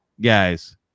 guys